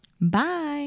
bye